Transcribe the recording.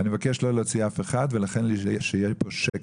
אני מבקש לא להוציא אף אחד אז שהיה פה שקט.